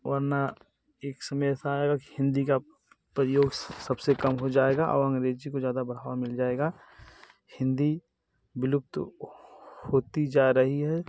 वरना एक समय ऐसा आएगा कि हिन्दी का प्रयोग सब से कम हो जाएगा और अंग्रेज़ी को ज़्यादा बढ़ावा मिल जाएगा हिन्दी विलुप्त होती जा रही है